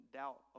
doubt